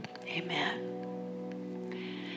amen